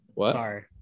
sorry